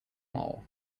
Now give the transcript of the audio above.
mall